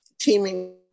teaming